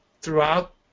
throughout